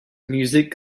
music